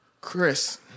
Chris